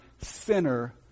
sinner